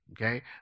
Okay